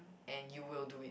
and you will do it